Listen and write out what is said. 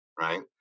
right